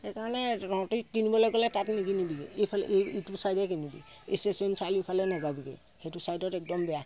সেইকাৰণে তহঁতি কিনিবলৈ গ'লে তাত নিকিনিবিগৈ এইফালে এই ইটো ছাইডে কিনিবিগৈ ষ্টেশ্যন চাৰিআলিফালে নেযাবিগৈ সেইটো ছাইডত একদম বেয়া